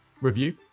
review